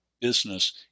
business